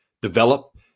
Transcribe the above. develop